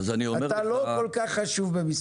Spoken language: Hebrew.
אתה לא כל כך חשוב במשרד התחבורה,